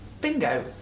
Bingo